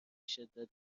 شدت